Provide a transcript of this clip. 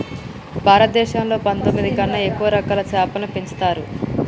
భారతదేశంలో పందొమ్మిది కన్నా ఎక్కువ రకాల చాపలని పెంచుతరు